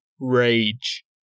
rage